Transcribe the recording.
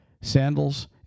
sandals